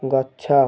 ଗଛ